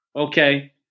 okay